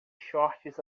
shorts